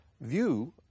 view